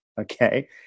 Okay